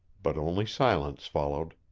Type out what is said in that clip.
but only silence followed.